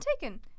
taken